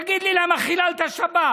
תגיד לי, למה חיללת שבת?